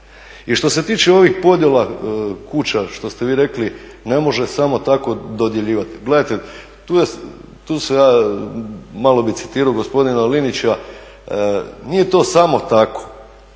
I što se tiče ovih podjela kuća što ste vi rekli, ne može se samo tako dodjeljivati, gledajte tu bih malo citirao gospodina Linića, nije to samo tako